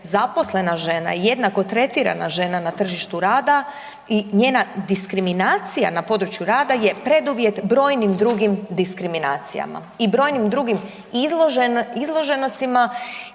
zaposlena žena i jednako tretirana žena na tržištu rada i njena diskriminacija na području rada je preduvjet brojnim drugim diskriminacijama i brojim drugim izloženostima